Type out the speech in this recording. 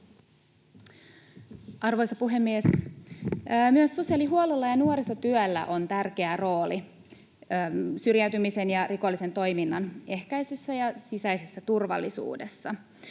Arvoisa puhemies! Myös sosiaalihuollolla ja nuorisotyöllä on tärkeä rooli syrjäytymisen ja rikollisen toiminnan ehkäisyssä ja sisäisessä turvallisuudessa.